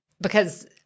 because-